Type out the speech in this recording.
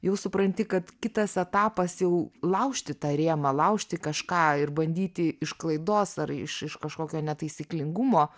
jau supranti kad kitas etapas jau laužti tą rėmą laužti kažką ir bandyti iš klaidos ar iš iš kažkokio netaisyklingumo